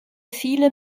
viele